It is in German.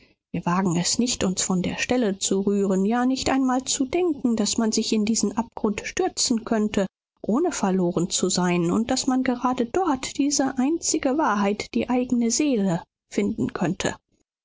wir wagen es nicht uns von der stelle zu rühren ja nicht einmal zu denken daß man sich in diesen abgrund stürzen könnte ohne verloren zu sein und daß man gerade dort diese einzige wahrheit die eigene seele finden könnte